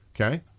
okay